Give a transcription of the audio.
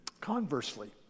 Conversely